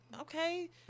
Okay